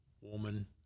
woman